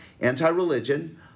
anti-religion